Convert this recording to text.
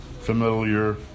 familiar